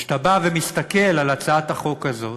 כשאתה בא ומסתכל על הצעת החוק הזו